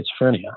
schizophrenia